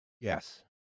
Yes